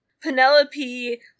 Penelope